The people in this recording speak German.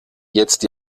jetzt